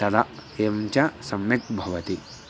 तदा एवञ्च सम्यक् भवति